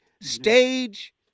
stage